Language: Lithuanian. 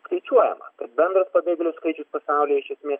skaičiuojama kad bendras pabėgėlių skaičius pasaulyje iš esmės